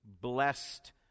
blessed